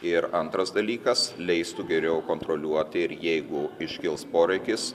ir antras dalykas leistų geriau kontroliuoti ir jeigu iškils poreikis